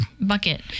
bucket